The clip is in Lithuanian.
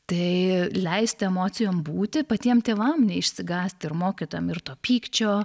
tai leisti emocijom būti patiems tėvam neišsigąsti ir mokytojam ir to pykčio